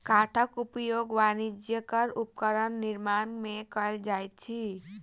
काठक उपयोग वाणिज्यक उपकरण निर्माण में कयल जाइत अछि